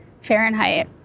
Fahrenheit